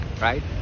right